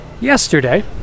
Yesterday